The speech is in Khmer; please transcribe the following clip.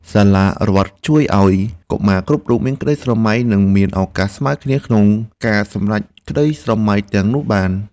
សាលារដ្ឋជួយឱ្យកុមារគ្រប់រូបមានក្តីស្រមៃនិងមានឱកាសស្មើគ្នាក្នុងការសម្រេចក្តីស្រមៃទាំងនោះឱ្យបាន។